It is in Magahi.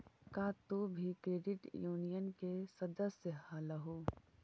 का तुम भी क्रेडिट यूनियन के सदस्य हलहुं?